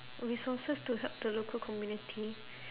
resources to help the local community